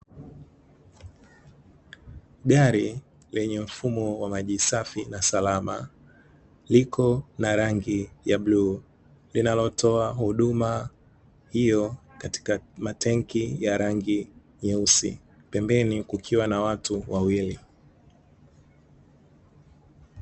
Gari lenye mfumo wa maji safi na salama, liko na rangi ya bluu, linalotoa huduma hiyo katika matanki ya rangi nyeusi, pembeni kukiwa na watu wawili.